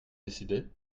décidé